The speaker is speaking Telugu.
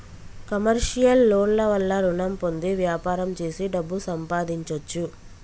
కమర్షియల్ లోన్ ల వల్ల రుణం పొంది వ్యాపారం చేసి డబ్బు సంపాదించొచ్చు